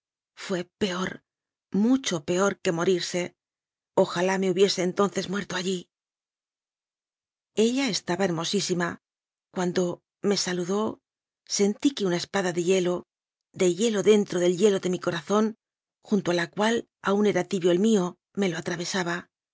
fué peor mucho peor que morirse ojalá me hu biese entonces muerto allí ella estaba hermosísima cuando m sa ludó sentí que una espada de hielo de hielo dentro del hielo de mi corazón junto a la cual aun era tibio el mío me lo atravesaba